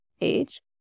age